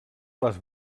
les